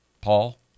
Paul